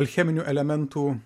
cheminių elementų